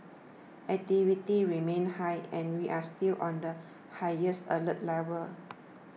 activity remains high and we are still on the highest alert level